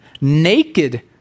Naked